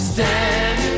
Stand